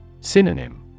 Synonym